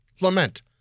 lament